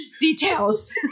details